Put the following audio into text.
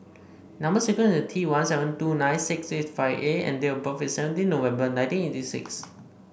number sequence is T one seven two nine six eight five A and date of birth is seventeenth November nineteen eighty six